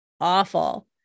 awful